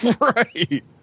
Right